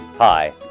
Hi